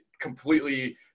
completely